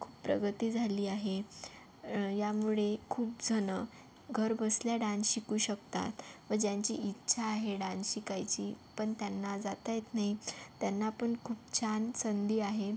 खूप प्रगती झाली आहे यामुळे खूप जणं घर बसल्या डान्स शिकू शकतात व ज्यांची इच्छा आहे डान्स शिकायची पण त्यांना जाता येत नाही त्यांना पण खूप छान संधी आहे